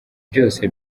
byose